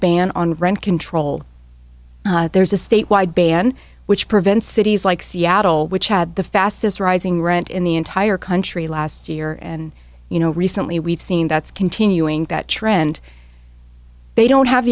ban on rent control there's a statewide ban which prevents cities like seattle which had the fastest rising rent in the entire country last year and you know recently we've seen that's continuing that trend they don't have